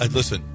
Listen